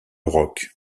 roc